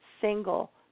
single